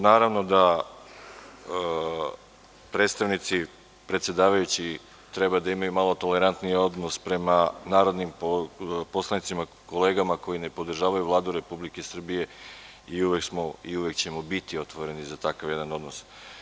Naravno da predsedavajući treba da imaju malo tolerantniji odnos prema narodnim poslanicima i kolegama koji ne podržavaju Vladu Republike Srbije i uvek ćemo biti otvoreni za takav jedan odnos.